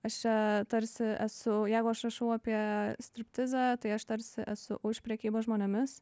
aš čia tarsi esu jeigu aš rašau apie striptizą tai aš tarsi esu už prekybą žmonėmis